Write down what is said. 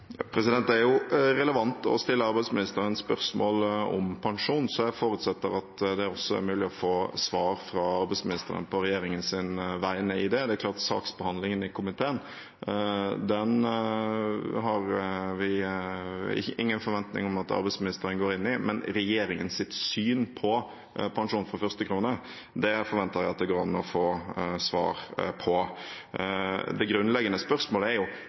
Det er jo relevant å stille arbeidsministeren spørsmål om pensjon, så jeg forutsetter at det også er mulig å få svar fra arbeidsministeren på regjeringens vegne om det. Saksbehandlingen i komiteen har vi ingen forventning om at arbeidsministeren går inn i, men regjeringens syn på pensjon fra første krone forventer jeg at det går an å få svar om. Det grunnleggende spørsmålet er: